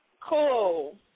Cool